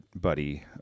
buddy